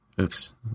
Oops